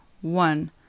one